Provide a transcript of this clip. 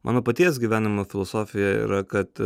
mano paties gyvenimo filosofija yra kad